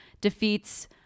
defeats